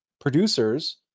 Producers